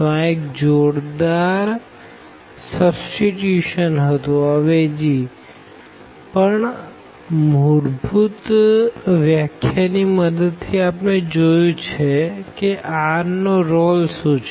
તો આ એક જોરદાર અવેજી હતીપણ મૂળભૂત વ્યાખ્યા ની મદદ થી આપણે જોયું છે કે r નો રોલ શુ છે